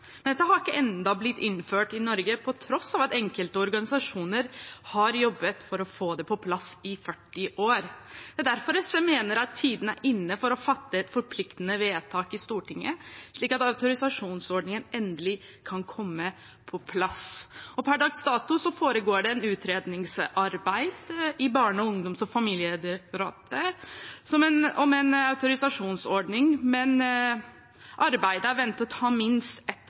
Men ennå er ikke dette blitt innført i Norge, på tross av at enkelte organisasjoner har jobbet for å få det på plass i 40 år. Det er derfor SV mener at tiden er inne for å fatte et forpliktende vedtak i Stortinget, slik at autorisasjonsordningen endelig kan komme på plass. Per dags dato foregår det et utredningsarbeid i Barne-, ungdoms- og familiedirektoratet om en autorisasjonsordning, men arbeidet er ventet å ta minst ett